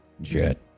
Jet